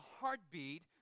heartbeat